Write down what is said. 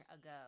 ago